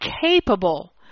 capable